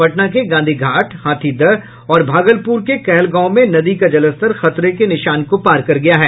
पटना के गांधी घाट हाथीदह और भागलपुर के कहलगांव में नदी का जलस्तर खतरे के निशान को पार कर गया है